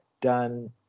done